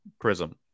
prism